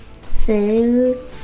food